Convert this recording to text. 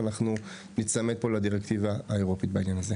אנחנו ניצמד בעניין הזה לדירקטיבה האירופאית.